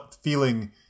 feeling